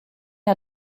hat